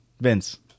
Vince